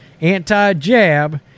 anti-jab